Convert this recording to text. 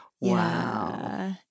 Wow